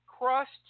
crust